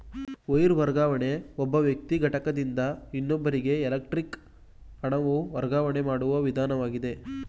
wire ವರ್ಗಾವಣೆ ಒಬ್ಬ ವ್ಯಕ್ತಿ ಘಟಕದಿಂದ ಇನ್ನೊಬ್ಬರಿಗೆ ಎಲೆಕ್ಟ್ರಾನಿಕ್ ಹಣವನ್ನು ವರ್ಗಾವಣೆ ಮಾಡುವ ವಿಧಾನವಾಗಿದೆ